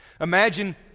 Imagine